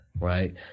right